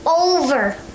over